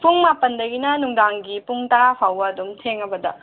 ꯄꯨꯡ ꯃꯥꯄꯟꯗꯒꯤꯅ ꯅꯨꯡꯗꯥꯡꯒꯤ ꯄꯨꯡ ꯇꯔꯥꯐꯧꯕ ꯑꯗꯨꯝ ꯊꯦꯡꯉꯕꯗ